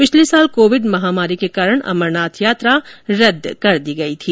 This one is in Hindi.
पिछले साल कोविड महामारी के कारण अमरनाथ यात्रा रद्द कर दी गई थी